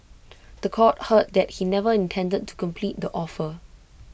The Court heard that he never intended to complete the offer